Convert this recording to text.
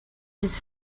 his